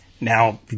now